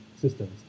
systems